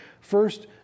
first